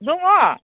दङ